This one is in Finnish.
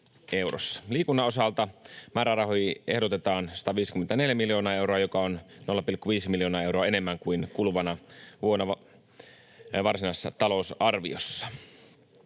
Liikunnan osalta määrärahoihin ehdotetaan 154 miljoonaa euroa, joka on 0,5 miljoonaa euroa enemmän kuin kuluvana vuonna varsinaisessa talousarviossa.